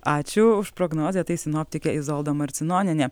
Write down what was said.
ačiū už prognozę tai sinoptikė izolda marcinonienė